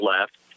left